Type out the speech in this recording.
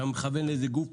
אתה מכוון לאיזה גוף